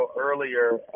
earlier